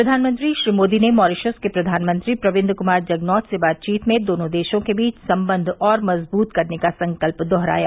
प्रधानमंत्री श्री मोदी ने मॉरीशस के प्रधानमंत्री प्रविन्द क्मार जगनॉथ से बातचीत में दोनों देशों के बीच संबंध और मजबूत करने का संकल्प दोहराया